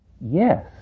Yes